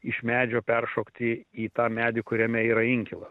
iš medžio peršokti į tą medį kuriame yra inkilas